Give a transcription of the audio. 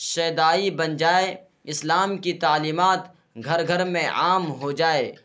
شیدائی بن جائیں اسلام کی تعلیمات گھر گھر میں عام ہو جائے